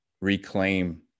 reclaim